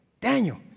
Daniel